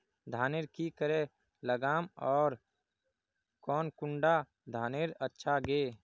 धानेर की करे लगाम ओर कौन कुंडा धानेर अच्छा गे?